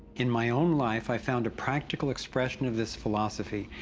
in my own life i found a practical expression of this philosophy,